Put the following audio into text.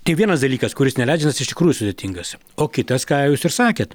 tai vienas dalykas kuris neleidžia nes iš tikrųjų sudėtingas o kitas ką jūs ir sakėt